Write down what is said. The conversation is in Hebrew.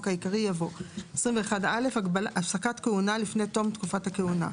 העיקרי יבוא: 21א. הפסקת כהונה לפני תום תקופת הכהונה.